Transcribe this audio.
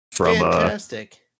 Fantastic